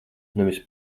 nevis